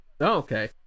Okay